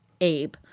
abe